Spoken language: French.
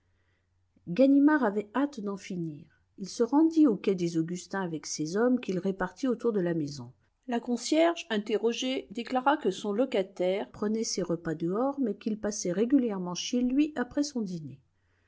ganimard avait hâte d'en finir il se rendit au quai des augustins avec ses hommes qu'il répartit autour de la maison la concierge interrogée déclara que son locataire prenait ses repas dehors mais qu'il passait régulièrement chez lui après son dîner